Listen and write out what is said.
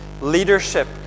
leadership